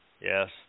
Yes